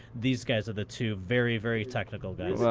these guys are the two very, very technical guys.